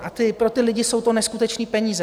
A pro ty lidi jsou to neskutečné peníze.